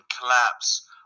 collapse